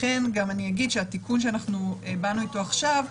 לכן התיקון שבאנו איתו עכשיו,